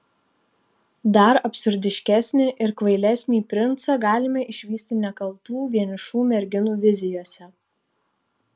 dar absurdiškesnį ir kvailesnį princą galime išvysti nekaltų vienišų merginų vizijose